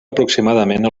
aproximadament